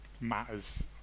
matters